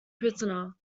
prisoner